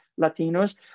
Latinos